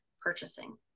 purchasing